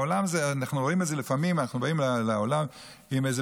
אנחנו רואים את זה לפעמים בעולם: אם איזה